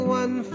one